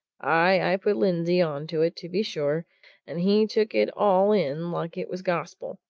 i put lindsey on to it, to be sure and he took it all in like it was gospel,